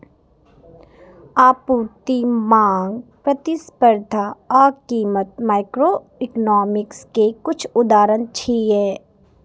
आपूर्ति, मांग, प्रतिस्पर्धा आ कीमत माइक्रोइकोनोमिक्स के किछु उदाहरण छियै